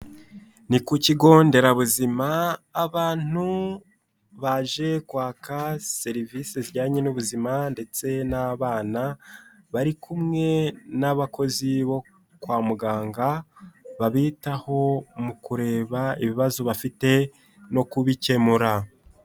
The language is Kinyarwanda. Ni ku kigo nderabuzima abantu baje kwaka serivisi zijyanye n'ubuzima ndetse n'abana bari kumwe n'abakozi bo kwa muganga babitaho mu kureba ibibazo bafite no kubikemura.